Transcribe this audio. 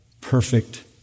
perfect